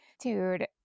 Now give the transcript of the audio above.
dude